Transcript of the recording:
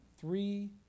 Three